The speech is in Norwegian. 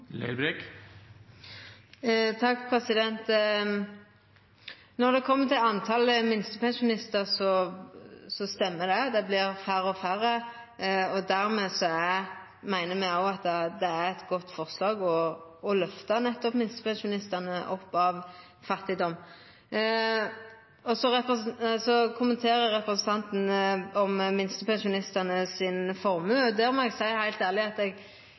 Når det kjem til talet på minstepensjonistar, stemmer det at det vert færre og færre, og dermed meiner me òg at det er eit godt forslag å løfta nettopp minstepensjonistane ut av fattigdom. Så kommenterer representanten formuen til minstepensjonistane. Der må eg heilt ærleg seia at eg